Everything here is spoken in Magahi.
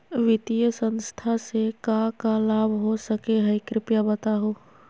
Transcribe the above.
वित्तीय संस्था से का का लाभ हो सके हई कृपया बताहू?